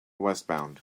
westbound